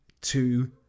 two